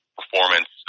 performance